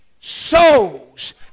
souls